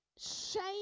Shame